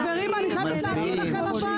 וחלקנו התעוררו לבשורה הזאת.